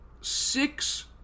six